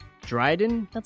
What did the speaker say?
Dryden